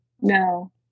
no